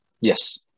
Yes